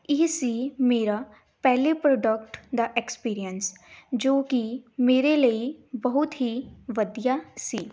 ਇਹ ਸੀ ਮੇਰਾ ਪਹਿਲੇ ਪ੍ਰੋਡਕਟ ਦਾ ਐਕਸਪੀਰੀਅੰਸ ਜੋ ਕਿ ਮੇਰੇ ਲਈ ਬਹੁਤ ਹੀ ਵਧੀਆ ਸੀ